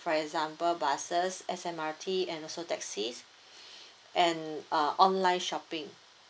for example buses S_M_R_T and also taxies and uh online shopping